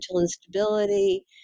instability